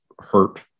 hurt